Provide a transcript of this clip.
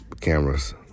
cameras